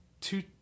two